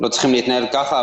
צריכים להתנהל ככה,